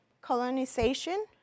colonization